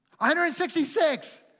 166